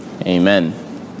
Amen